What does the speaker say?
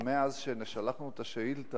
ומאז ששלחנו את השאלה